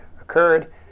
occurred